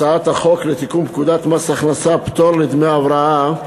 הצעת החוק לתיקון פקודת מס הכנסה (פטור לדמי הבראה)